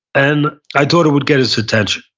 and i thought it would get his attention.